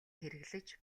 хэрэглэж